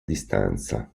distanza